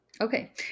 Okay